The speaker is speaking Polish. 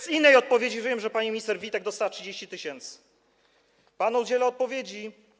Z innej odpowiedzi wiem, że pani minister Witek dostała 30 tys. Pan udziela odpowiedzi?